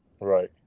Right